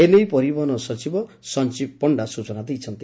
ଏ ନେଇ ପରିବହନ ସଚିବ ସଞୀବ ପଶ୍ତା ସ୍ଚନା ଦେଇଛନ୍ତି